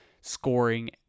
scoring